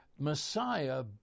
Messiah